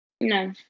No